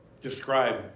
describe